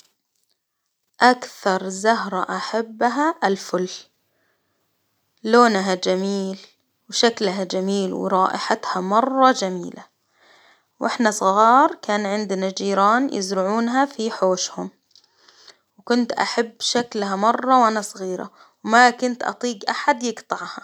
أكثر زهرة أحبها الفل ، لونها جميل وشكلها جميل ورائحتها مرة جميلة، وإحنا صغار كان عندنا جيران يزرعونها في حوشهم، وكنت أحب شكلها مرة وأنا صغيرة، وما كنت أطيق أحد يقطعها.